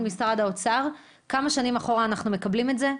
משרד האוצר כמה שנים אחורה אנחנו מקבלים את זה,